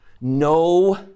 No